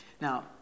Now